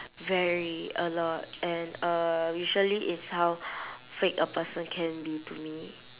very a lot and uh usually it's how fake a person can be to me